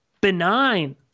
benign